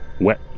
wet